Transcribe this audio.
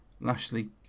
Lashley